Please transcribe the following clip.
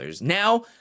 Now